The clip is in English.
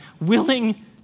willing